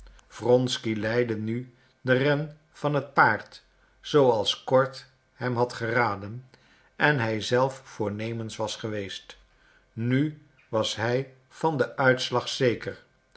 wronsky leidde nu den ren van het paard zooals kord hem had geraden en hij zelf voornemens was geweest nu was hij van den uitslag zeker